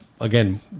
again